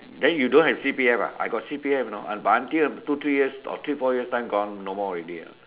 then you don't have C_P_F ah I got C_P_F know but until two three years or three four years time gone no more already ah